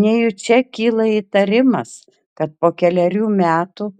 nejučia kyla įtarimas kad po kelerių metų